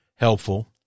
helpful